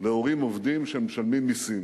להורים עובדים שמשלמים מסים.